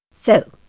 So